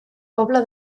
pobla